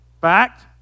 Fact